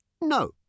No